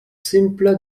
simpla